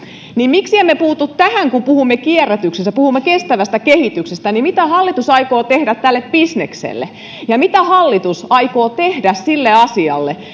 niin miksi emme puutu tähän kun puhumme kierrätyksestä puhumme kestävästä kehityksestä mitä hallitus aikoo tehdä tälle bisnekselle ja mitä hallitus aikoo tehdä sille asialle